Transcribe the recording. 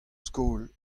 skol